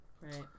right